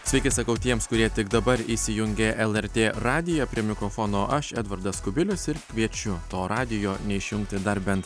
sveiki sakau tiems kurie tik dabar įsijungė lrt radiją prie mikrofono aš edvardas kubilius ir kviečiu to radijo neišjungti dar bent